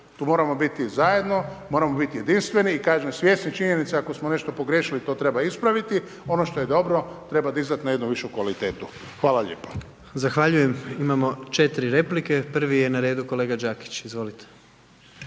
Tu moramo biti zajedno, moramo biti jedinstveno i kažem, svjesni činjenice ako smo nešto pogriješili to treba ispraviti, ono što je dobro treba dizati na jednu višu kvalitetu. Hvala lijepo. **Jandroković, Gordan (HDZ)** Zahvaljujem. Imamo 4 replike. Prvi je na redu kolega Đakić. Izvolite.